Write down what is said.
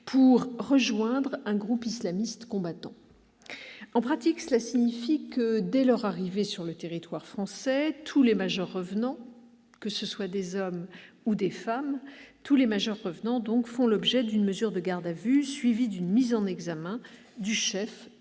pour rejoindre un groupe islamiste combattant. En pratique, cela signifie que, dès leur arrivée sur le territoire français, tous les majeurs « revenants »- hommes ou femmes -font l'objet d'une mesure de garde à vue, suivie d'une mise en examen du chef d'association